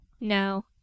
No